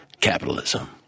capitalism